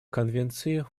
конвенции